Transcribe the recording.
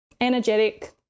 energetic